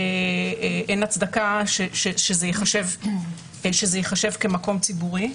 אין הצדקה שזה ייחשב כמקום ציבורי.